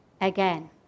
again